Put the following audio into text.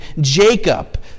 Jacob